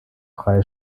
freie